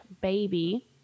baby